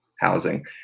housing